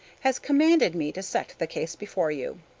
has commanded me to set the case before you.